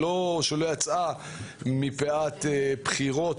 שלא יצאה מפאת בחירות,